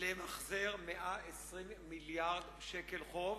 למחזר 120 מיליארד שקל חוב